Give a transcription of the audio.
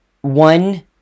One